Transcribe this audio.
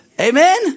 Amen